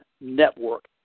network